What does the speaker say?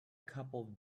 couple